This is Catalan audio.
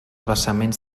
vessaments